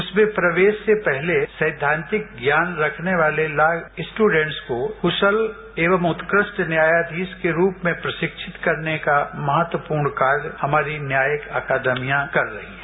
उसमें प्रवेश से पहले सैद्वांतिक ज्ञान रखने वाले लॉ स्टूडेंट्स को कुशल एवं उत्कृष्ट न्यायायीश के रूप में प्रशिक्षित करने का महत्वपूर्ण कार्य हमारी न्यायिक अकादमियां कर रही हैं